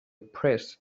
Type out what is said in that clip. press